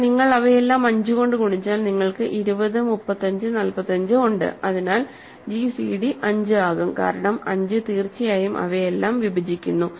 എന്നാൽ നിങ്ങൾ അവയെല്ലാം 5 കൊണ്ട് ഗുണിച്ചാൽ നിങ്ങൾക്ക് 20 35 45 ഉണ്ട് അതിനാൽ ജിസിഡി 5 ആകും കാരണം 5 തീർച്ചയായും അവയെല്ലാം വിഭജിക്കുന്നു